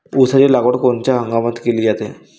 ऊसाची लागवड कोनच्या हंगामात केली जाते?